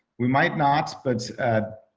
we might not but.